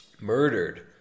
murdered